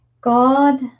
God